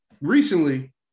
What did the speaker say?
recently